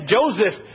Joseph